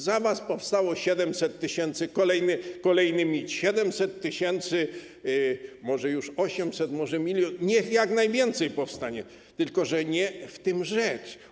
Za was powstało 700 tys., kolejny mit. 700 tys., może już 800 tys., może 1 mln, niech jak najwięcej powstanie, tylko że nie w tym rzecz.